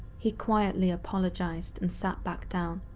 he quietly apologized and sat back down.